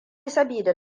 sabida